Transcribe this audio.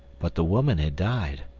but the woman had died.